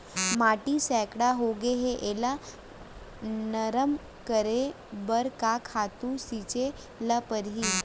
माटी सैकड़ा होगे है एला नरम करे बर का खातू छिंचे ल परहि?